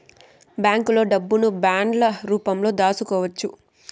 బ్యాంకులో డబ్బును బాండ్ల రూపంలో దాచుకోవచ్చు